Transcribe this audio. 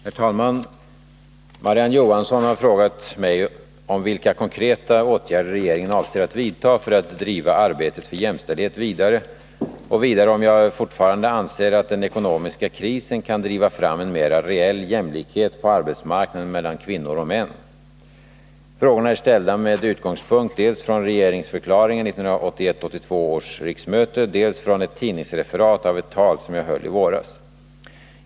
Herr talman! Marie-Ann Johansson har frågat mig om vilka konkreta åtgärder regeringen avser att vidta för att driva arbetet för jämställdhet vidare, och vidare om jag fortfarande anser att den ekonomiska krisen kan driva fram en mera reell jämlikhet på arbetsmarknaden mellan kvinnor och män. Frågorna är ställda dels med utgångspunkt i regeringsförklaringen vid 1981/82 års riksmöte, dels med utgångspunkt i ett tidningsreferat av ett tal som jag höll i våras.